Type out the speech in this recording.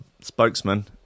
Spokesman